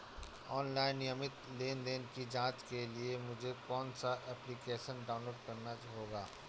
Online नियमित लेनदेन की जांच के लिए मुझे कौनसा एप्लिकेशन डाउनलोड करना होगा?